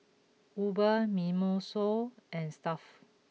Uber Mimosa and Stuff'd